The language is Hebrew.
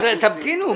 תמתינו.